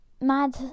mad